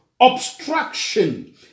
obstruction